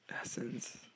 Essence